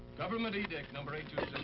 government edict number eight